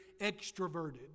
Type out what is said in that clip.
extroverted